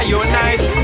unite